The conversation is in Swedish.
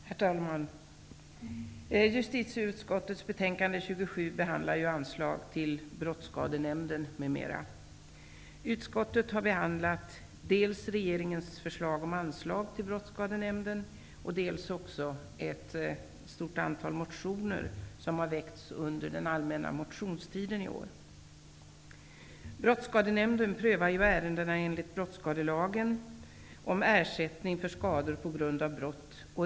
Herr talman! Justitieutskottets betänkande 27 Utskottet har behandlat dels regeringens förslag om anslag till Brottsskadenämnden, dels också ett stort antal motioner som har väckts under den allmänna motionstiden i år. Brottsskadenämnden prövar ju ärendena enligt brottsskadelagen om ersättning för skador på grund av brott.